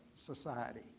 society